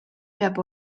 peab